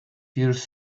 years